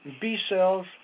B-cells